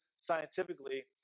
scientifically